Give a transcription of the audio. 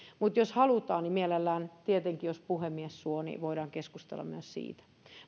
mutta jos halutaan niin mielellään tietenkin jos puhemies suo voidaan keskustella myös siitä